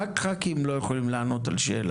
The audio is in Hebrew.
רק חברי הכנסת יכולים לא לענות על שאלה,